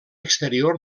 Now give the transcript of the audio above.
exterior